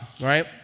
right